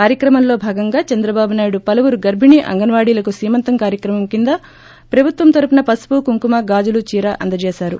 కార్చక్రమంలో భాగంగా చంద్రబాబు నాయుడు పలువురు గర్బిణీ అంగన్వాడీలకు సీమంతం కార్యక్రమం క్రింద ప్రభుత్వం తరఫున పసుపు కుంకుమ గాజులు చీర అందజేశారు